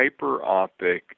hyperopic